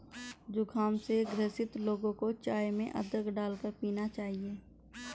जुखाम से ग्रसित लोगों को चाय में अदरक डालकर पीना चाहिए